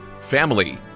family